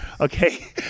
okay